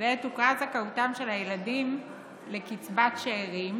ועת הוכרה זכאותם של הילדים לקצבת שאירים